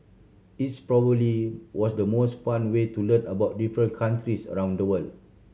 it's probably was the most fun way to learn about different countries around the world